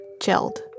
chilled